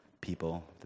people